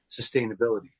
sustainability